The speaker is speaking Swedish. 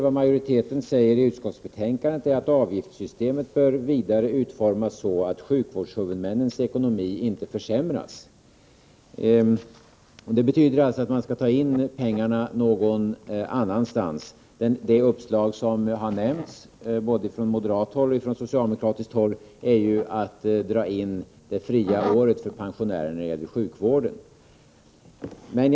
Vad majoriteten skriver i utskottsbetänkandet är att avgiftssystemet bör utformas så, att sjukvårdshuvudmännens ekonomi inte försämras. Det betyder att man skall ta in pengarna någon annanstans. Det uppslag som har nämnts — från både moderat och socialdemokratiskt håll — är att man skall dra in det fria året för pensionärerna när det gäller sjukvården.